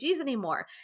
anymore